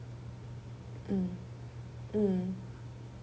mm mm